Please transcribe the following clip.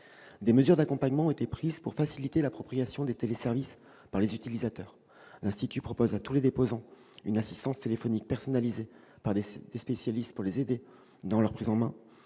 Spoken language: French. Des mesures d'accompagnement ont été prises pour faciliter l'appropriation des téléservices par les utilisateurs. Ainsi, l'institut propose à tous les déposants une assistance téléphonique personnalisée par des spécialistes pour les aider dans leur prise en main.